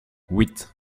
huit